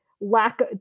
lack